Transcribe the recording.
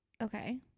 Okay